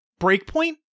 Breakpoint